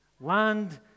Land